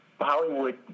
Hollywood